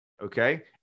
Okay